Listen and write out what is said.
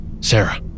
Sarah